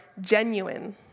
genuine